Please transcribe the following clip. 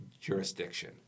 jurisdiction